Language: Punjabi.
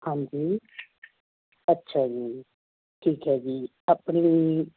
ਹਾਂਜੀ ਅੱਛਾ ਜੀ ਠੀਕ ਹੈ ਜੀ ਆਪਣੀ